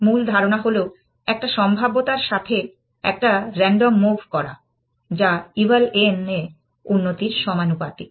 মূল ধারণা হল একটা সম্ভাব্যতার সাথে একটা রান্ডম মুভ করা যা ইভাল n এ উন্নতির সমানুপাতিক